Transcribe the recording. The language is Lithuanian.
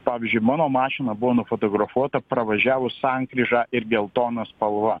pavyzdžiui mano mašina buvo nufotografuota pravažiavus sankryžą ir geltona spalva